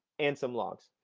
and some logs.